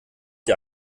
die